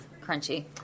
Crunchy